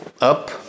up